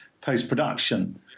post-production